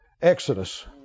Exodus